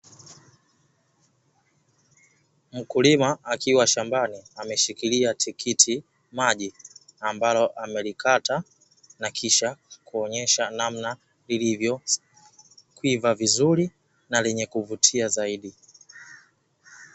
Mkulima akiwa shambani ameshikilia tikitimaji ambalo amelikata na kisha kuonyesha namna lilivyokwiva vizuri na lenye kuvutia zaidi.